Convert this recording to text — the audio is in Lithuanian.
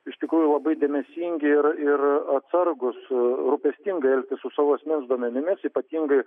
iš tikrųjų labai dėmesingi ir ir atsargūs rūpestingai elgtis su savo asmens duomenimis ypatingai